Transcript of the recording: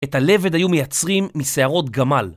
את הלבד היו מייצרים מסערות גמל.